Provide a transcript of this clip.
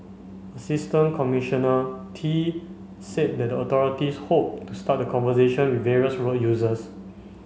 Assistant Commissioner Tee said that the authorities hoped to start the conversation with various road users